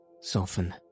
soften